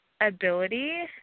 ability